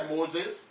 Moses